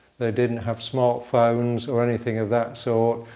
they didn't have smart phones or anything of that sort.